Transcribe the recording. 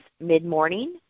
mid-morning